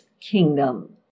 kingdom